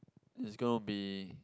is gonna be